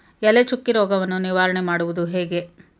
ಎಲೆ ಚುಕ್ಕಿ ರೋಗವನ್ನು ನಿವಾರಣೆ ಮಾಡುವುದು ಹೇಗೆ?